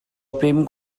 bum